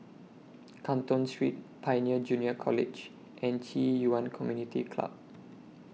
Canton Street Pioneer Junior College and Ci Yuan Community Club